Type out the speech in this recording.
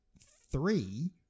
Three